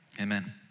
Amen